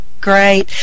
Great